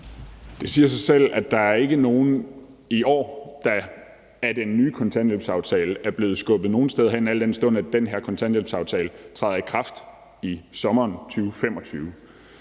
Det siger sig selv, at der ikke er nogen i år, der af den nye kontanthjælpsaftale er blevet skubbet nogen steder hen, al den stund den her kontanthjælpsaftale træder i kraft i sommeren 2025.